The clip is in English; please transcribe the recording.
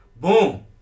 Boom